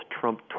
Trump